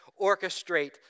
orchestrate